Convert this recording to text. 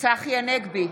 צחי הנגבי,